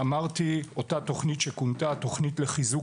אותה תוכנית חומש שכונתה: ״התוכנית לחיזוק